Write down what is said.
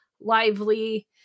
lively